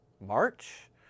March